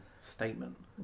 statement